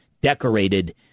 decorated